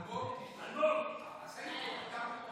אלמוג, תשתוק.